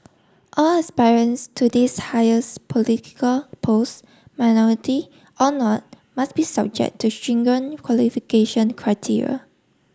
all aspirants to this highest political post minority or not must be subject to stringent qualification criteria